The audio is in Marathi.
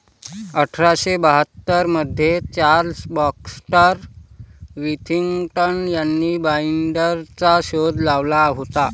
अठरा शे बाहत्तर मध्ये चार्ल्स बॅक्स्टर विथिंग्टन यांनी बाईंडरचा शोध लावला होता